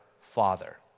father